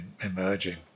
emerging